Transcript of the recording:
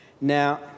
Now